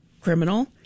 criminal